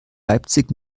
leipzig